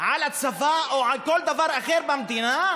על הצבא או על כל דבר אחר במדינה?